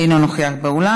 אינו נוכח באולם.